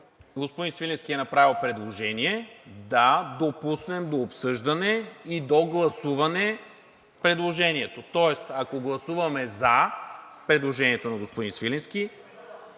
Господин Свиленски е направил предложение да допуснем до обсъждане и до гласуване предложението. Тоест ако гласуваме за предложението на господин Свиленски,